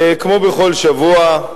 תודה, כמו בכל שבוע,